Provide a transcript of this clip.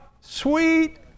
sweet